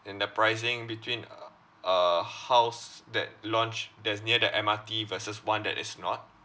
in the pricing between uh a house that launch that's near the M_R_T versus one that is not